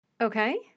Okay